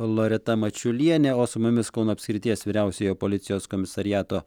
loreta mačiulienė o su mumis kauno apskrities vyriausiojo policijos komisariato